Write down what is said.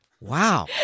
Wow